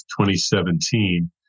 2017